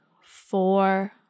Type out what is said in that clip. four